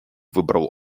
выбрал